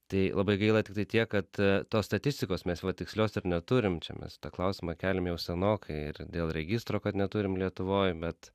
tai labai gaila tiktai tiek kad tos statistikos mes va tikslios ir neturim čia mes tą klausimą keliam jau senokai ir dėl registro kad neturim lietuvoj bet